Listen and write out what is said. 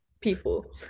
people